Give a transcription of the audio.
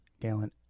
Galen